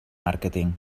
màrqueting